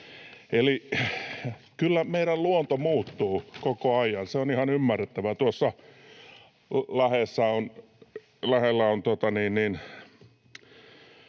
Eli kyllä meidän luonto muuttuu koko ajan, se on ihan ymmärrettävää. Tuossa lähellä on